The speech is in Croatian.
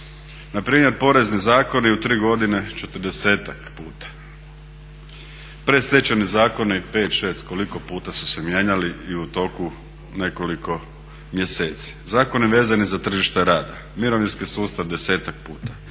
Na primjer, porezni zakoni u tri godine 40-tak puta, predstečajni zakoni 5, 6, koliko puta su se mijenjali i u toku nekoliko mjeseci. Zakoni vezani za tržište rada, mirovinski sustav desetak puta,